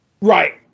Right